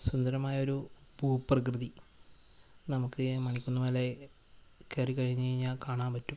സുന്ദരമായൊരു ഭൂപ്രകൃതി നമുക്ക് മണിക്കുന്ന് മല കയറിക്കഴിഞ്ഞാല് കാണാന് പറ്റും